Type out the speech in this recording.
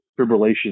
fibrillation